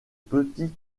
petit